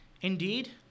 Indeed